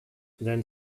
then